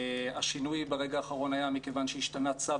השינוי ברגע האחרון היה מכיוון שהשתנה צו